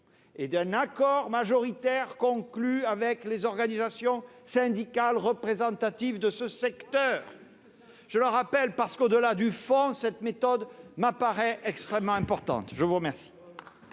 et d'un accord majoritaire conclu avec les organisations syndicales représentatives de ce secteur. J'y insiste parce que, au-delà du fond, cette méthode me semble extrêmement importante. La parole